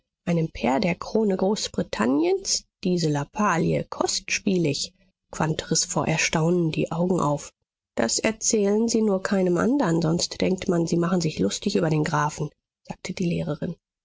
einem pair der krone großbritannien diese lappalie kostspielig quandt riß vor erstaunen die augen auf das erzählen sie nur keinem andern sonst denkt man sie machen sich lustig über den grafen sagte die lehrerin